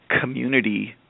community